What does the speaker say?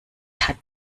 hat